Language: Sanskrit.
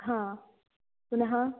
हा पुनः